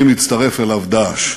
שלימים הצטרף אליו "דאעש".